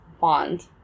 bond